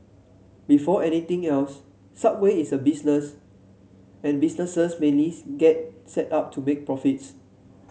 before anything else Subway is a business and businesses mainly get set up to make profits